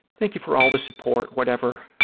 thank you for all the support, whatever,